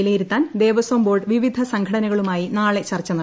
വിലയിരുത്താൻ ദേവസ്വം ബോർഡ് വിവിധ സംഘടനകളുമായി നാളെ ചർച്ച നടത്തും